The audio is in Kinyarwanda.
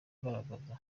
ugaragaza